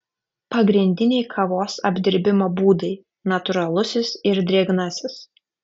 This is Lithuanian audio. pagrindiniai kavos apdirbimo būdai natūralusis ir drėgnasis